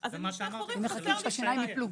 נפגעת תקיפה מינית,